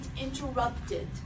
interrupted